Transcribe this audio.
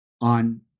on